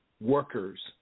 Workers